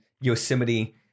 Yosemite